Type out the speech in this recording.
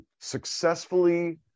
successfully